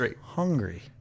hungry